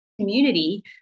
community